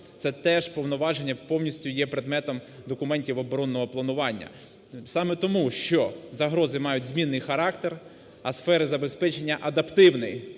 це те ж повноваження повністю є предметом документів оборонного планування. Саме тому, що загрози мають змінний характер, а сфери забезпечення адаптивний